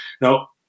Now